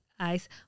ICE